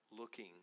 looking